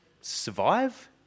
Survive